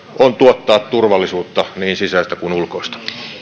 on tuottaa turvallisuutta niin sisäistä kuin ulkoista